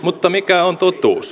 mutta mikä on totuus